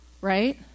Right